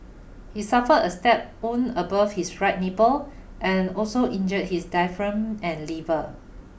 he suffered a stab wound above his right nipple and also injured his diaphragm and liver